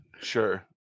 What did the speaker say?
Sure